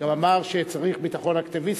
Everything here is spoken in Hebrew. גם אמר שצריך ביטחון אקטיביסטי.